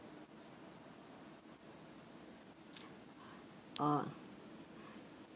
oh